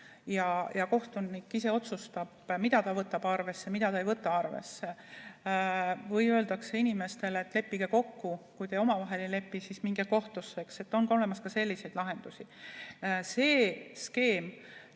ja kohtunik ise otsustab, mida ta võtab arvesse ja mida ta ei võta arvesse, või öeldakse inimestele, et leppige kokku ja kui ei lepi, siis minge kohtusse. On olemas ka selliseid lahendusi. See